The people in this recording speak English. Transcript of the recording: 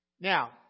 Now